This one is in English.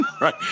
right